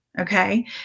okay